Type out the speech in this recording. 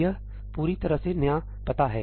यह पूरी तरह से नया पता है